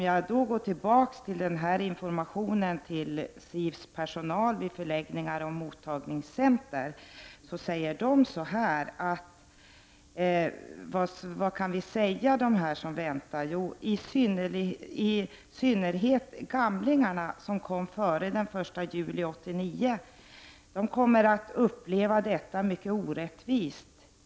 Jag återkommer till den information som gavs till SIV:s personal vid för läggningar och mottagningscenter. Personalen undrar vad de skall säga till de flyktingar som väntar på besked. Detta gäller i synnerhet ”gamlingarna” som kom före den 1 juli 1989. De kommer att uppleva situationen som mycket orättvis.